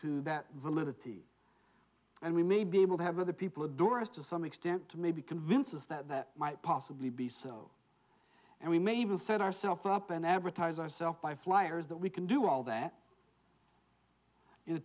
to that validity and we may be able to have other people doris to some extent to maybe convince us that that might possibly be so and we may even set ourselves up and advertise ourselves by flyers that we can do all that